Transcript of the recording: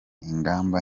ingamba